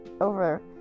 over